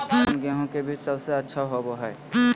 कौन गेंहू के बीज सबेसे अच्छा होबो हाय?